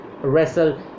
Wrestle